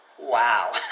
wow